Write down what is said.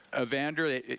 Evander